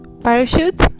parachute